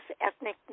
ethnic